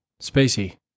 Spacey